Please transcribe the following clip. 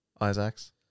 Isaacs